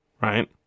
right